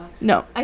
No